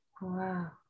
Wow